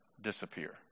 disappear